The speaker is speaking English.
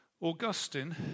Augustine